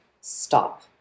stop